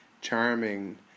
charming